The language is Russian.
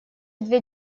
две